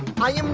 my